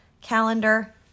calendar